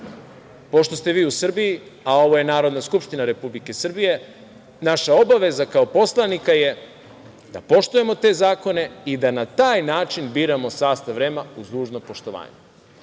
Pošto ste vi u Srbiji, a ovo je Narodna skupština Republike Srbije, naša obaveza kao poslanika je da poštujemo te zakone, i da na taj način biramo sastav REM, uz dužno poštovanje. Kad